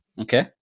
Okay